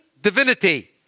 divinity